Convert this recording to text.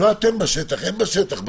לא אתם בשטח.